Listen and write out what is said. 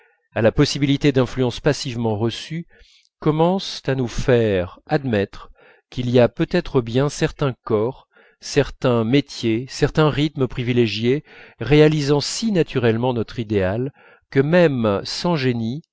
à la possibilité d'influences passivement reçues commencent à nous faire admettre qu'il y a peut-être bien certains corps certains métiers certains rythmes privilégiés réalisant si naturellement notre idéal que même sans génie